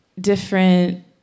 different